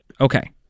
okay